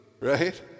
right